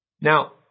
Now